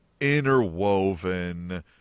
interwoven